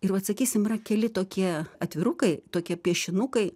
ir vat sakysim yra keli tokie atvirukai tokie piešinukai